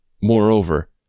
moreover